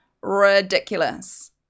Ridiculous